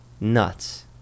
nuts